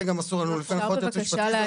זה גם אסור לנו לפי הנחיות היועץ המשפטי.